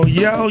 yo